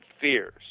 fears